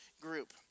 group